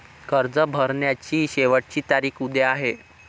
कर भरण्याची शेवटची तारीख उद्या आहे